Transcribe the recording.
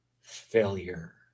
failure